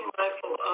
mindful